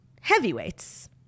heavyweights